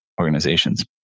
organizations